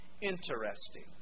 interesting